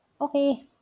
Okay